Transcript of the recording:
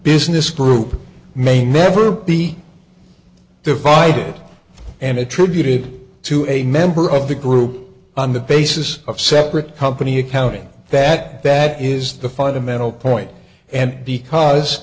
business group may never be divide it and attributed to a member of the group on the basis of separate company accounting that that is the fundamental point and because